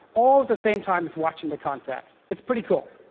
all at the same time as watching the content. it's pretty cool.